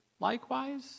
Likewise